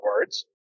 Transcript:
words